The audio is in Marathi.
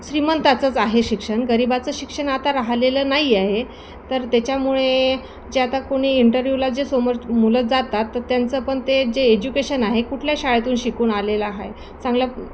श्रीमंताचंच आहे शिक्षण गरिबाचं शिक्षण आता राहलेलं नाही आहे तर त्याच्यामुळे जे आता कोणी इंटरव्यूला जे समोर मुलं जातात तर त्यांचं पण ते जे एज्युकेशन आहे कुठल्या शाळेतून शिकून आलेलं आहे चांगल्या